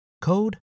code